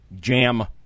jam